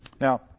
Now